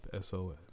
SOS